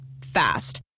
Fast